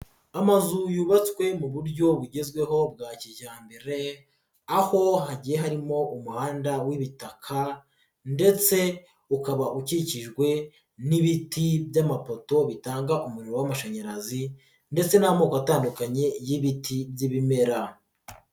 Amazu yubatswe mu buryo bugezweho bwa kijyambere aho hagiye harimo umuhanda w'ibitaka ndetse ukaba ukikijwe n'ibiti by'amapoto bitanga umunriro w'amashanyarazi ndetse n'amoko atandukanye y'ibiti by'ibimera.